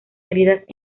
heridas